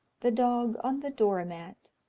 the dog on the door-mat,